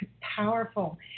powerful